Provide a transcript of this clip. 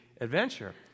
adventure